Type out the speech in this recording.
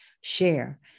share